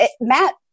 Matt